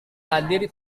hadir